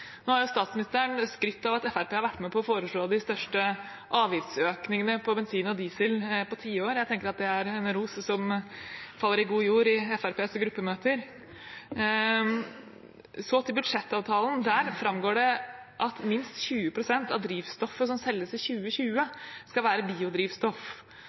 Nå har statsministeren skrytt av at Fremskrittspartiet har vært med på å foreslå de største avgiftsøkningene på bensin og diesel på ti år. Jeg tenker at det er en ros som faller i god jord i Fremskrittspartiets gruppemøter. Så til budsjettavtalen. Der framgår det at minst 20 pst. av drivstoffet som selges i 2020, skal være biodrivstoff.